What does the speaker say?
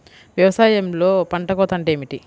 వ్యవసాయంలో పంట కోత అంటే ఏమిటి?